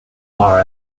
bar